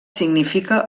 significa